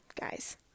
guys